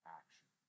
action